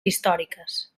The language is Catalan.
històriques